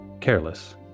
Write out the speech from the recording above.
careless